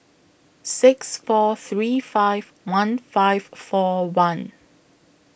six four three five one five four one